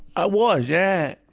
ah was, yeah.